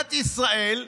מדינת ישראל,